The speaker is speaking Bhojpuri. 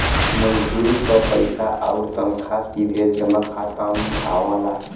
मजदूरी क पइसा आउर तनखा सीधे जमा खाता में आवला